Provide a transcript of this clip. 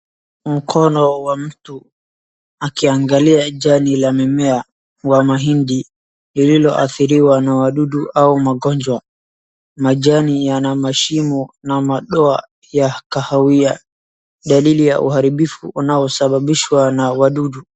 Mkono wa mtu akiangalia jani la mimea wa mahindi, lilioadhiriwa na wadudu au magonjwa, majani yana mashimo na madoa ya kahawia, dalili ya uharibifu unaosababishwa na wadudu.